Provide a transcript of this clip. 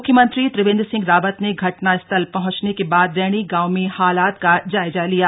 मुख्यमंत्री त्रिवेन्द्र सिंह रावत ने घटना स्थल पहुंचने के बाद रैणी गांव में हालात का जायजा लिया